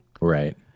Right